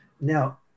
now